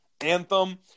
anthem